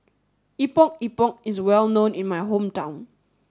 Epok Epok is well known in my hometown